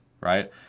right